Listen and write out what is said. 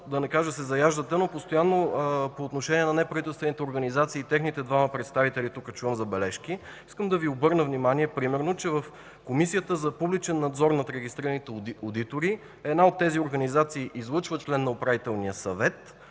постоянно се заяждате, но понеже по отношение на неправителствените организации и техните двама представители постоянно чувам забележки тук, искам да Ви обърна внимание, че примерно Комисията за публичен надзор над регистрираните одитори е една от тези организации, които излъчват член на Управителния съвет.